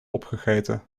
opgegeten